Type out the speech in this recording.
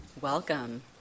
Welcome